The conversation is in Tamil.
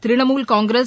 திரிணாமூல் காங்கிரஸ்